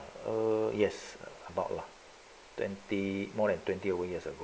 err yes about lah twenty more than twenty over years ag~